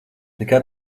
nekad